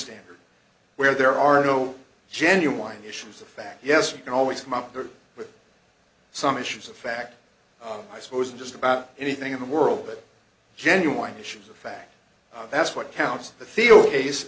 standard where there are no genuine issues of fact yes you can always come up with some issues of fact i suppose in just about anything in the world but genuinely sure that's what counts the field case